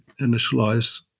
initialize